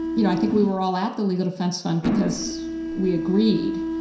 you know, i think we were all at the legal defense fund because we agreed.